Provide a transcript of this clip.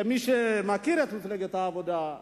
כמי שמכיר את מפלגת העבודה,